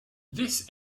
this